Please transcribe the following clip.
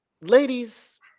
ladies